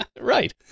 Right